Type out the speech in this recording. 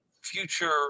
future